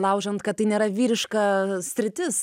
laužant kad tai nėra vyriška sritis